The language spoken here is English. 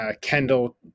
Kendall